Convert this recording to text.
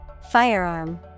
Firearm